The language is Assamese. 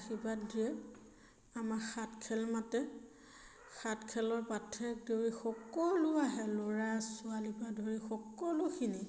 আশীৰ্বাদ দিয়ে আমাৰ সাত খেল মাতে সাত খেলৰ পাঠক দেৰি সকলো আহে ল'ৰা ছোৱালীৰপৰা ধৰি সকলোখিনি